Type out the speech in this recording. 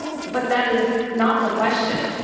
but that is not the question.